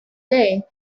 day